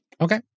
Okay